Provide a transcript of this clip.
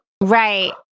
Right